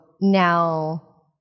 now